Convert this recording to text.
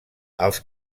els